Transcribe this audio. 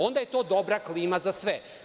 Onda je to dobra klima za sve.